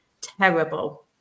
terrible